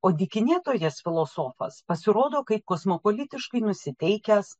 o dykinėtojas filosofas pasirodo kaip kosmopolitiškai nusiteikęs